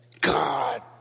God